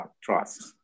trust